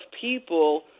people